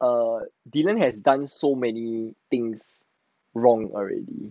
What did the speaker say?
err dylan has done so many things wrong already